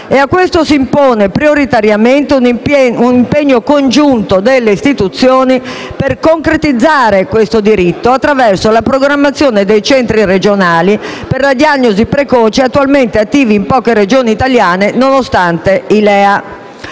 e a questo s'impone prioritariamente un impegno congiunto delle istituzioni per concretizzare questo diritto attraverso la programmazione dei centri regionali per la diagnosi precoce attualmente attivi in poche Regioni italiane nonostante i LEA.